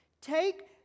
Take